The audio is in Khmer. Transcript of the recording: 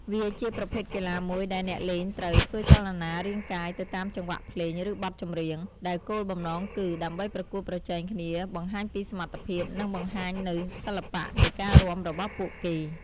វាជាប្រភេទកីឡាមួយដែលអ្នកលេងត្រូវ ធ្វើចលនារាងកាយ ទៅតាម ចង្វាក់ភ្លេង ឬបទចម្រៀង ដែលគោលបំណងគឺ ដើម្បីប្រកួតប្រជែងគ្នា បង្ហាញពីសមត្ថភាព និង បង្ហាញនូវសិល្បៈនៃការរាំ របស់ពួកគេ។